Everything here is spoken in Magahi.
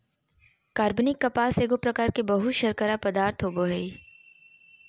कार्बनिक कपास एगो प्रकार के बहुशर्करा पदार्थ होबो हइ